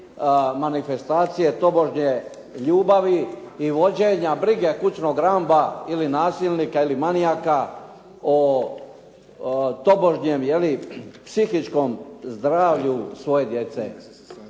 manifestacije tobožnje ljubavi i vođenja brige kućnog Ramba ili nasilnika ili manijaka o tobožnjem jeli psihičkom zdravlju svoje djece.